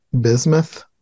bismuth